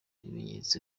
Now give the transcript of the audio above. ibimenyetso